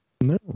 No